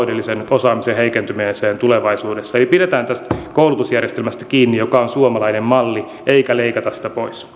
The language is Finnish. osaamisen heikentymiseen tulevaisuudessa eli pidetään kiinni tästä koulutusjärjestelmästä joka on suomalainen malli eikä leikata sitä pois